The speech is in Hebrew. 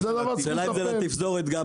השאלה אם זה בתפזורת?